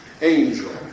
angel